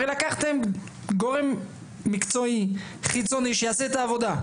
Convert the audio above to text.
הרי לקחתם גורם מקצועי חיצוני שיעשה את העבודה.